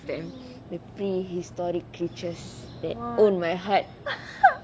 them the prehistoric creatures that own my heart